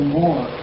more